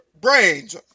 brains